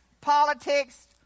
politics